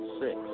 six